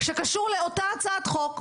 שקשור לאותה הצעת חוק,